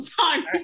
time